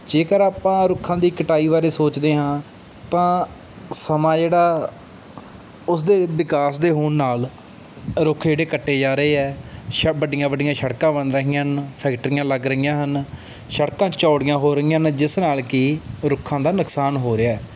ਜੇਕਰ ਆਪਾਂ ਰੁੱਖਾਂ ਦੀ ਕਟਾਈ ਬਾਰੇ ਸੋਚਦੇ ਹਾਂ ਤਾਂ ਸਮਾਂ ਜਿਹੜਾ ਉਸਦੇ ਵਿਕਾਸ ਦੇ ਹੋਣ ਨਾਲ ਰੁੱਖ ਜਿਹੜੇ ਕੱਟੇ ਜਾ ਰਹੇ ਹੈ ਵੱਡੀਆਂ ਵੱਡੀਆਂ ਸੜਕਾਂ ਬਣ ਰਹੀਆਂ ਹਨ ਫੈਕਟਰੀਆਂ ਲੱਗ ਰਹੀਆਂ ਹਨ ਸੜਕਾਂ ਚੌੜੀਆਂ ਹੋ ਰਹੀਆਂ ਨੇ ਜਿਸ ਨਾਲ ਕਿ ਰੁੱਖਾਂ ਦਾ ਨੁਕਸਾਨ ਹੋ ਰਿਹਾ